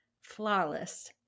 flawless